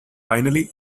finally